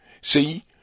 See